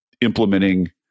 implementing